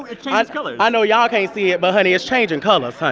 it changes colors i know y'all can't see it. but, honey, it's changing colors,